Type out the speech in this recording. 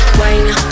wine